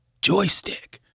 joystick